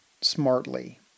smartly